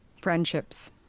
friendships